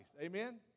Amen